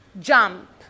jump